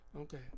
Okay